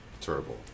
Terrible